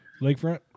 Lakefront